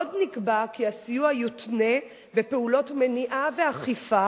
עוד נקבע כי הסיוע יותנה בפעולות מניעה ואכיפה